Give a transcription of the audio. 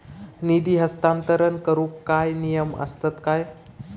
निधी हस्तांतरण करूक काय नियम असतत काय?